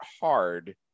hard